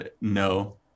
No